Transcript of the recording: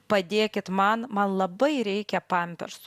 padėkit man man labai reikia pampersų